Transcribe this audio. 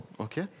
okay